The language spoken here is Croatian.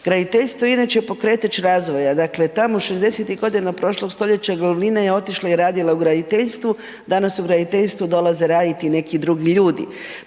Graditeljstvo je inače pokretač razvoja, dakle tamo šezdesetih godina prošlog stoljeća glavnina je otišla i radila u graditeljstvu, danas u graditeljstvo dolaze raditi neki drugi ljudi.